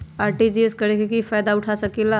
RTGS करे से की फायदा उठा सकीला?